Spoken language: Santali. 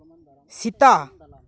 ᱥᱮᱛᱟ